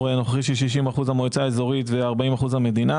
הנוכחי של 60% המועצה האזורית ו-40% המדינה.